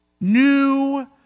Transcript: New